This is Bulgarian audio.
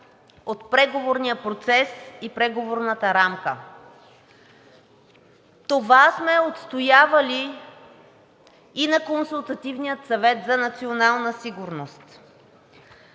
от преговорния процес и преговорната рамка. Това сме отстоявали и на Консултативния съвет за национална сигурност.